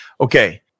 Okay